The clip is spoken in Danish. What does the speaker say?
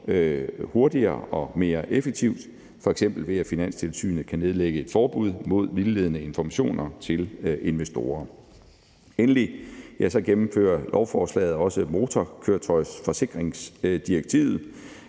hurtigere og mere effektivt, f.eks. ved at Finanstilsynet kan nedlægge et forbud mod at give vildledende informationer til investorer. Endelig gennemfører lovforslaget motorkøretøjsforsikringsdirektivet.